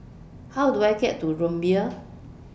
How Do I get to Rumbia